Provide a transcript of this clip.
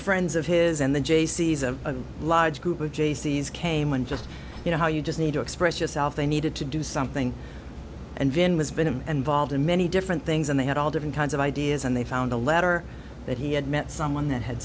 friends of his and the jaycees a large group of jaycee's came and just you know how you just need to express yourself they needed to do something and then was venom and volved in many different things and they had all different kinds of ideas and they found a letter that he had met someone that had